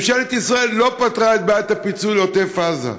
ממשלת ישראל לא פתרה את בעיית הפיצוי לעוטף עזה.